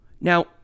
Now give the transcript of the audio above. Now